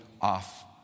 off